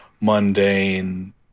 mundane